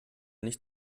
nicht